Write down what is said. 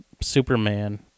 Superman